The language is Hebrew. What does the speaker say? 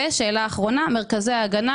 ושאלה אחרונה: מרכזי הגנה,